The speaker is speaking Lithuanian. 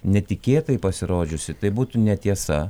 netikėtai pasirodžiusi tai būtų netiesa